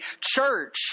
church